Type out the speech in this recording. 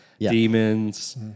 Demons